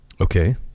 Okay